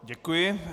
Děkuji.